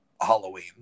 Halloween